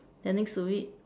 then next to it